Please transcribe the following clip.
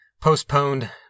postponed